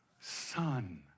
son